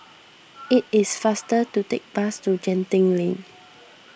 it is faster to take the bus to Genting Lane